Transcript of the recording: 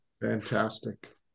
fantastic